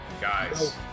Guys